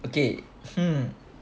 okay hmm